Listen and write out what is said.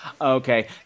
Okay